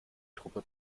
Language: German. truppe